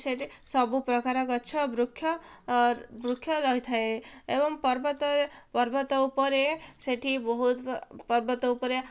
ସେଠି ସବୁ ପ୍ରକାର ଗଛ ବୃକ୍ଷ ବୃକ୍ଷ ରହିଥାଏ ଏବଂ ପର୍ବତରେ ପର୍ବତ ଉପରେ ସେଠି ବହୁତ ପର୍ବତ ଉପରେ